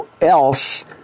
else